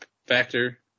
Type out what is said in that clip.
Factor